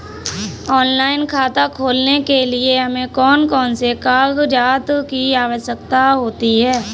Online खाता खोलने के लिए हमें कौन कौन से कागजात की आवश्यकता होती है?